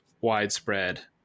widespread